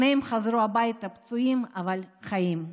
שניהם חזרו הביתה פצועים אבל חיים.